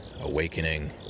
awakening